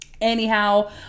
Anyhow